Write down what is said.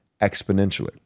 exponentially